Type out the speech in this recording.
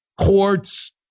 courts